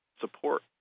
support